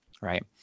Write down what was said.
right